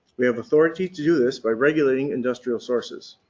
we have authority to do this by regulating industrial sources.